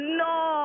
no